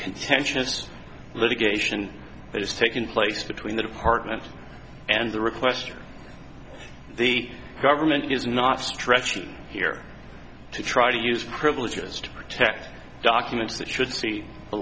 contentious litigation that has taken place between the department and the requester the government is not stretching here to try to use privileges to protect documents that should see the